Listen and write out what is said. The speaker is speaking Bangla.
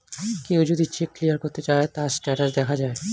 কেউ যদি চেক ক্লিয়ার করতে চায়, তার স্টেটাস দেখা যায়